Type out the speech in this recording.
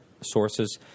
sources